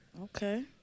Okay